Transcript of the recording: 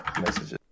messages